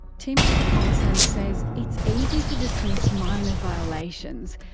tim soutphommasane says it's easy to dismiss minor violations,